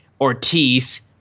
Ortiz –